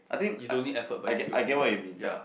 you don't need effort but you you over ya